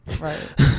right